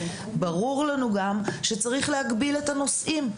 ברור לנו גם שצריך להגביל את הנושאים,